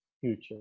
future